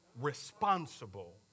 responsible